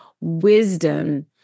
wisdom